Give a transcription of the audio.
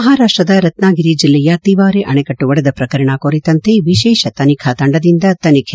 ಮಹಾರಾಷ್ಟದ ರತ್ನಗಿರಿ ಜಿಲ್ಲೆಯ ತಿವಾರೆ ಅಣೆಕಟ್ಟು ಒಡೆದ ಪ್ರಕರಣ ಕುರಿತಂತೆ ವಿಶೇಷ ತನಿಖಾ ತಂಡದಿಂದ ತನಿಖೆ